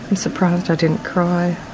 i'msurprised i didn't cry,